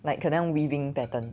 like 可能样 weaving pattern